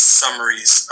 summaries